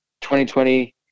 2020